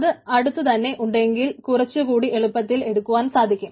അത് അടുത്തു തന്നെ ഉണ്ടെങ്കിൽ കുറച്ചു കൂടി എളുപ്പത്തിൽ എടുക്കുവാൻ സാധിക്കും